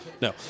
No